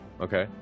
Okay